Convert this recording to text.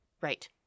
Right